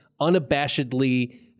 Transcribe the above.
unabashedly